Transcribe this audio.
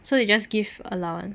so they just give allowance